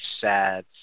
sad